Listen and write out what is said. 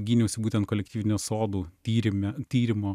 gyniausi būtent kolektyvinių sodų tyrime tyrimo